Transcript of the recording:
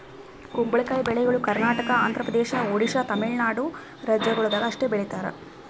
ಕುಂಬಳಕಾಯಿ ಬೆಳಿಗೊಳ್ ಕರ್ನಾಟಕ, ಆಂಧ್ರ ಪ್ರದೇಶ, ಒಡಿಶಾ, ತಮಿಳುನಾಡು ರಾಜ್ಯಗೊಳ್ದಾಗ್ ಅಷ್ಟೆ ಬೆಳೀತಾರ್